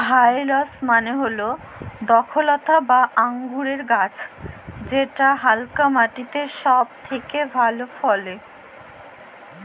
ভাইলস মালে হচ্যে দরখলতা বা আঙুরেল্লে গাহাচ যেট হালকা মাটিতে ছব থ্যাকে ভালো ফলে